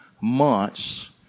months